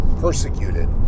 persecuted